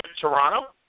Toronto